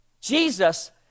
Jesus